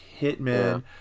Hitman